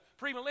premillennial